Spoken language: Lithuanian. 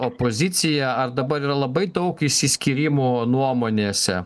opozicija ar dabar yra labai daug išsiskyrimų nuomonėse